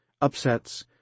upsets